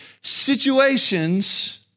situations